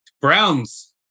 Browns